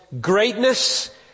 greatness